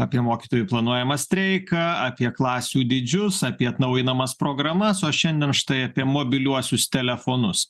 apie mokytojų planuojamą streiką apie klasių dydžius apie atnaujinamas programas o šiandien štai apie mobiliuosius telefonus